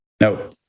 no